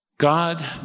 God